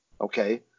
Okay